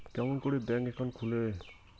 কেমন করি bank account খুলে?